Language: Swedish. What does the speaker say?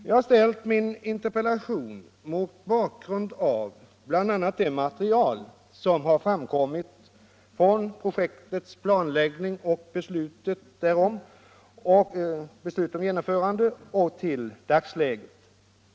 Jag har framställt min interpellation bl.a. mot bakgrund av material som framkommit sedan projektet planlades och beslutades fram till dagens läge.